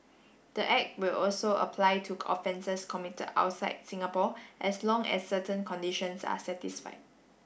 the act will also apply to offences committed outside Singapore as long as certain conditions are satisfied